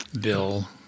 bill